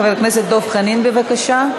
חבר הכנסת דב חנין, בבקשה.